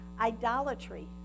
idolatry